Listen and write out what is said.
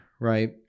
right